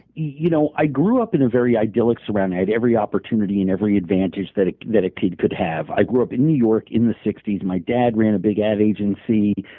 you know i grew up in a very idyllic surrounding. i had every opportunity and every advantage that that a kid could have. i grew up in new york in the sixty s. my dad ran a big ad agency.